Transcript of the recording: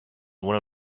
one